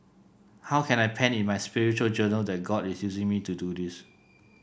how can I pen in my spiritual journal that God is using me to do this